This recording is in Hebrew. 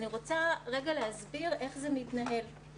אני רוצה להסביר איך זה מתנהל.